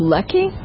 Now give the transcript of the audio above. Lucky